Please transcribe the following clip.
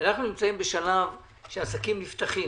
אנחנו נמצאים בשלב שהעסקים נפתחים.